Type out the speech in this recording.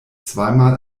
zweimal